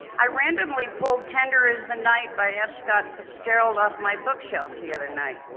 i randomly pulled tender is the night by f scott fitzgerald off my bookshelf the other night.